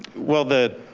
well the,